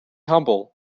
humble